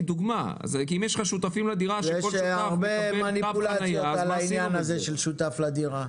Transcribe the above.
--- יש הרבה מניפולציות על העניין הזה של שותף לדירה.